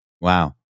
Wow